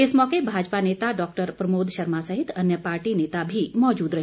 इस मौके भाजपा नेता डॉक्टर प्रमोद शर्मा सहित अन्य पार्टी नेता भी मौजूद रहे